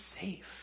safe